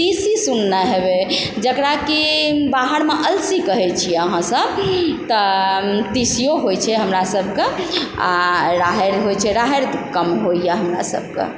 तीसी सुनने हेबय जकरा कि बाहरमे अलसी कहय छियै अहाँ सब तऽ तीसियो होइ छै हमरा सबके आओर राहरि होइ छै राहरि कम होइए हमरा सबके